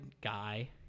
guy